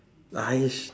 !hais!